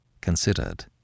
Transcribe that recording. considered